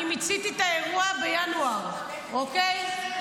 אני מיציתי את האירוע בינואר, אוקיי.